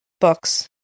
books